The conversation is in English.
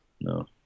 No